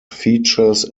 features